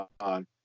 on